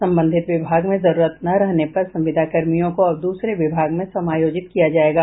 संबंधित विभाग में जरूरत न रहने पर संविदा कर्मियों को अब दूसरे विभाग में समायोजित किया जायेगा